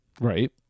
Right